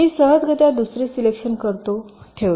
मी सहजगत्या दुसरे सिलेक्शन करतो मी ठेवतो